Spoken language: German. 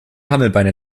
hammelbeine